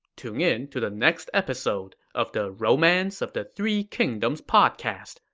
tune in to the next episode of the romance of the three kingdoms podcast.